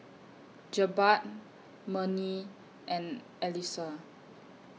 Jebat Murni and Alyssa